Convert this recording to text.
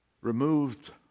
Removed